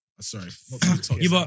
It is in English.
Sorry